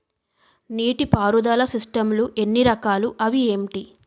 నీటిపారుదల సిస్టమ్ లు ఎన్ని రకాలు? అవి ఏంటి?